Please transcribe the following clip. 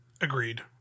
agreed